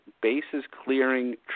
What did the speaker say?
bases-clearing